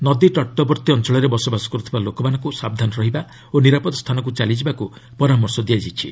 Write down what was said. ନଦୀତଟବର୍ତ୍ତୀ ଅଞ୍ଚଳରେ ବସବାସ କରୁଥିବା ଲୋକମାନଙ୍କୁ ସାବଧାନ ରହିବା ଓ ନିରାପଦ ସ୍ଥାନକୁ ଚାଲିଯିବାକୁ ପରାମର୍ଶ ଦିଆଯାଇଛି